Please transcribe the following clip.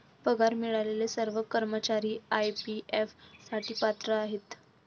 पगार मिळालेले सर्व कर्मचारी ई.पी.एफ साठी पात्र आहेत